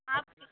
आपके